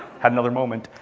had another moment.